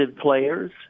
players